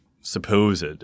supposed